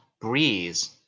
breeze